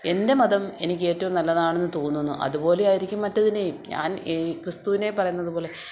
എൻ്റെ മതം എനിക്ക് ഏറ്റവും നല്ലതാണെന്നു തോന്നുന്നു അതുപോലെ ആയിരിക്കും മറ്റേതിനെയും ഞാൻ ക്രിസ്തുവിനെ പറയുന്നത് പോലെ